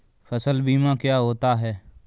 फसल बीमा क्या होता है?